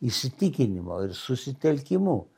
įsitikinimo ir susitelkimu